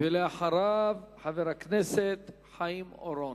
ואחריו, חבר הכנסת חיים אורון.